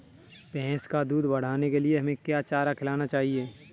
भैंस का दूध बढ़ाने के लिए हमें क्या चारा खिलाना चाहिए?